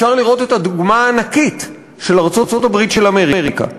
אפשר לראות את הדוגמה הענקית של ארצות-הברית של אמריקה.